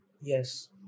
Yes